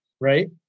right